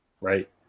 Right